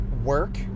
work